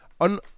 On